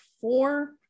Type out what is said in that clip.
four